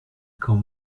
quand